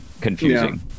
confusing